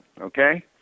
okay